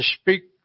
speak